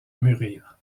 mûrir